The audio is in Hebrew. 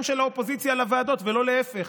של האופוזיציה על הוועדות ולא להפך.